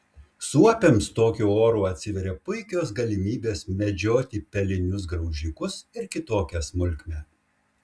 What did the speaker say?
suopiams tokiu oru atsiveria puikios galimybės medžioti pelinius graužikus ir kitokią smulkmę